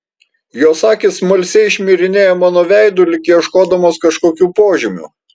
jos akys smalsiai šmirinėja mano veidu lyg ieškodamos kažkokių požymių